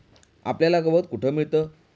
आपल्याला गवत कुठे मिळतं?